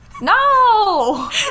no